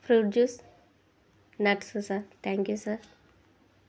fruit juice nuts sir thank you sir